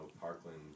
Parkland